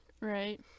Right